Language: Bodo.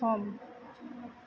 सम